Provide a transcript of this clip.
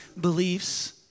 beliefs